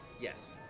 Yes